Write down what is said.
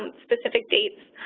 um specific dates,